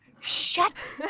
shut